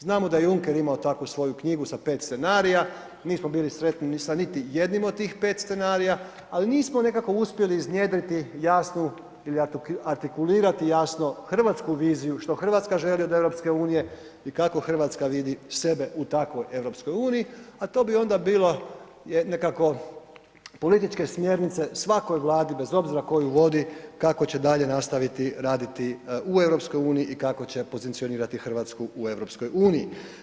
Znamo da je Juncker imao takvu svoju knjigu sa 5 scenarija, nismo bili sretni ni sa niti jednim od tih 5 scenarija, ali nismo nekako uspjeli iznjedriti jasnu ili artikulirati jasno hrvatsku viziju, što RH želi od EU i kako RH vidi sebe u takvoj EU, a to bi onda bilo nekako političke smjernice svakoj Vladi bez obzira tko ju vodi kako će dalje nastaviti raditi u EU i kako će pozicionirati RH u EU.